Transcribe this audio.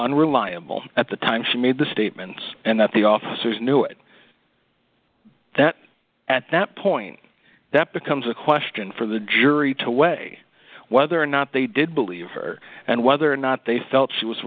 unreliable at the time she made the statements and that the officers knew it that at that point that becomes a question for the jury to weigh whether or not they did believe her and whether or not they felt